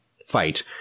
fight